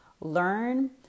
Learn